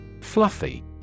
Fluffy